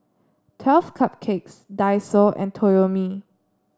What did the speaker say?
Twelve Cupcakes Daiso and Toyomi